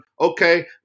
okay